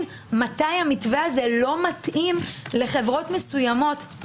מתי המתווה הזה לא מתאים לחברות מסוימות.